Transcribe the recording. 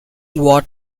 what